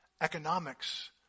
economics